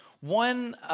One